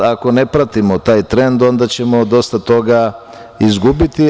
Ako ne pratimo taj trend, onda ćemo dosta toga izgubiti.